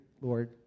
Lord